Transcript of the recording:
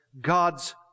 God's